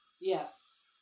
Yes